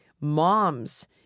moms